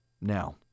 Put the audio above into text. now